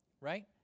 right